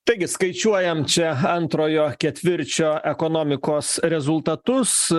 taigi skaičiuojam čia antrojo ketvirčio ekonomikos rezultatus